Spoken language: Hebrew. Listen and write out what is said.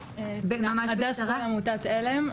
הדס מעמותת על"ם.